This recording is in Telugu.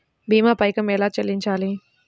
భీమా పైకం ఎలా చెల్లించాలి?